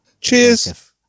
Cheers